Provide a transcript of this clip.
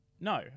No